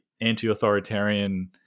anti-authoritarian